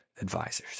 Advisors